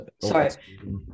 Sorry